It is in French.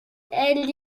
elle